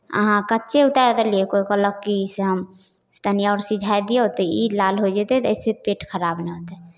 अहाँ कच्चे उतारि देलियै कोइ कहलक की से हम तनी आओर सिझाए दिऔ तऽ ई लाल हो जयतै तऽ एहिसँ पेट खराब नहि होतै